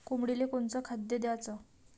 कोंबडीले कोनच खाद्य द्याच?